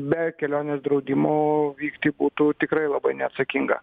be kelionės draudimo vykti būtų tikrai labai neatsakinga